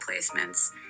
placements